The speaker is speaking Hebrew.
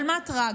אבל מה טרגי?